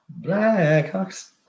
Blackhawks